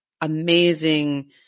amazing